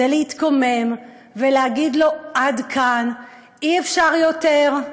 הוא להתקומם ולהגיד לו: עד כאן, אי-אפשר יותר,